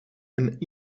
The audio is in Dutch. een